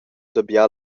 dabia